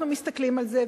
אנחנו מסתכלים על זה,